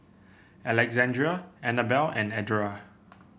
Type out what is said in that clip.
Alexandria Anabelle and Edra